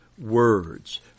words